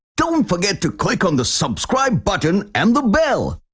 don't forget to click on the subscribe button and the bell.